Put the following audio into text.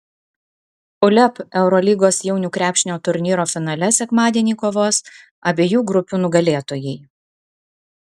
uleb eurolygos jaunių krepšinio turnyro finale sekmadienį kovos abiejų grupių nugalėtojai